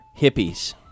hippies